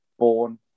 Born